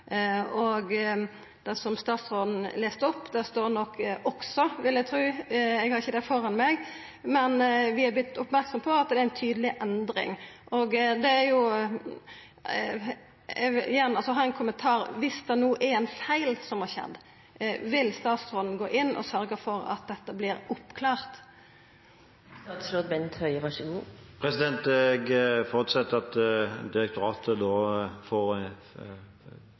Det som statsråden las opp, står nok også – vil eg tru, eg har ikkje det framfor meg – men vi er vorte merksame på at det er ei tydeleg endring. Eg vil ha ein kommentar: Dersom det no er ein feil som har skjedd, vil statsråden gå inn og sørgja for at dette